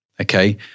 Okay